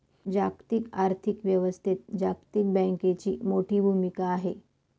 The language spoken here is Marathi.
जागतिक आर्थिक व्यवस्थेत जागतिक बँकेची मोठी भूमिका आहे